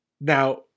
Now